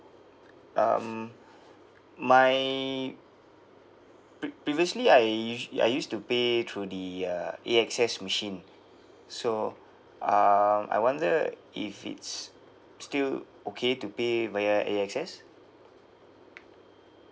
um my pre~ previously I us~ I used to pay through the uh A_X_S machine so um I wonder if it's still okay to pay via A_X_S